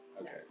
Okay